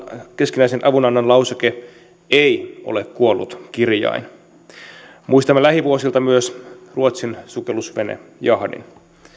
keskinäisen avunannon lauseke ei ole kuollut kirjain muistamme lähivuosilta myös ruotsin sukellusvenejahdin